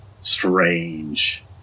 strange